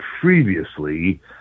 previously